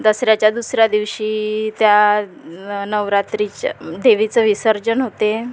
दसऱ्याच्या दुसऱ्या दिवशी त्या नवरात्रीच्या देवीचं विसर्जन होते